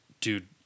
dude